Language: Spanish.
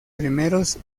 primeros